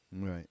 Right